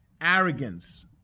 arrogance